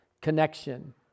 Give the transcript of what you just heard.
connection